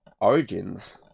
Origins